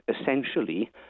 essentially